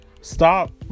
stop